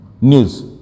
news